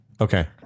Okay